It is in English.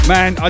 Man